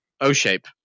O-Shape